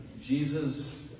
jesus